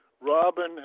Robin